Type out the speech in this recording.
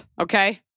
okay